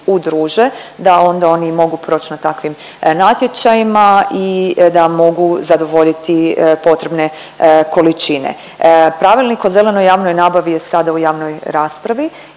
udruže da onda oni mogu proć na takvim natječajima i da mogu zadovoljiti potrebne količine. Pravilnik o zelenoj javnoj nabavi je sada u javnoj raspravi